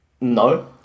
No